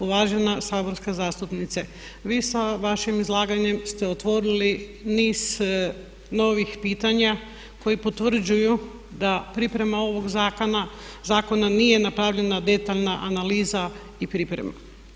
Uvažena saborska zastupnice vi sa vašim izlaganjem ste otvorili niz novih pitanja koja potvrđuju da pripremom ovog zakona nije napravljena detaljna analiza i priprema.